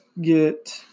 get –